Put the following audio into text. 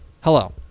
Hello